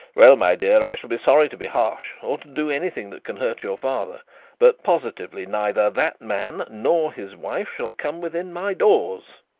well, my dear, i shall be sorry to be harsh, or to do anything that can hurt your father but, positively, neither that man nor his wife shall come within my doors